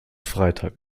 freitag